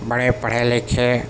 بڑے پڑھے لکھے